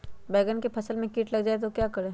बैंगन की फसल में कीट लग जाए तो क्या करें?